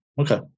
okay